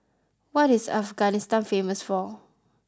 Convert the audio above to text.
what is Afghanistan famous for